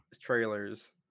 trailers